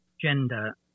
gender